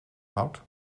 houdt